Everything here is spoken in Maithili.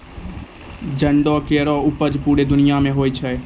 जंडो केरो उपज पूरे दुनिया म होय छै